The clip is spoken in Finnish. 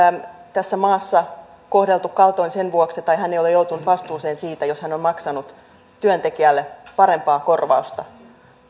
tässä maassa kohdeltu kaltoin sen vuoksi tai yrittäjä ei ole joutunut vastuuseen siitä jos hän on maksanut työntekijälle parempaa korvausta